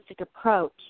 approach